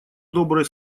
добрые